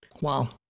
Wow